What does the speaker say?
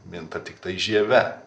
minta tiktai žieve